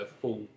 full